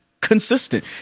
consistent